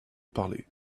parler